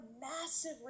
massive